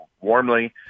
warmly